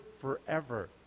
forever